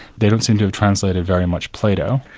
they don't seem to have translated very much plato.